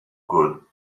good